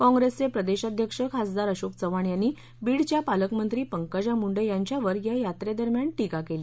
काँग्रेसचे प्रदेशाध्यक्ष खासदार अशोक चव्हाण यांनी बीडच्या पालकमंत्री पंकजा मुंडे यांच्यावर या यात्रेदरम्यान टीका केली